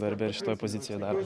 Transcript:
darbe ir šitoj pozicijoj darbo